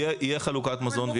תהיה חלוקת מזון.